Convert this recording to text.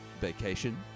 Vacation